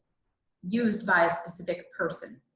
used by a specific person.